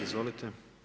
Izvolite.